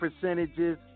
percentages